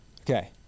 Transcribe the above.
Okay